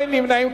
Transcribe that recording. אין נמנעים.